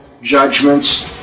judgments